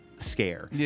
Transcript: scare